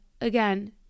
again